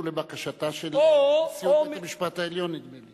נדמה לי